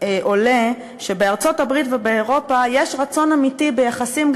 עולה שבארצות-הברית ובאירופה יש רצון אמיתי ביחסים,